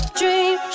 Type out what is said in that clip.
dream